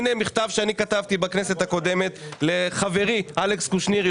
הנה מכתב שאני כתבתי בכנסת הקודמת לחברי אלכס קושניר,